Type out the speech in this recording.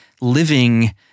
living